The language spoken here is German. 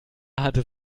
hatte